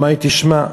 ואמר לי: תשמע,